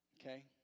Okay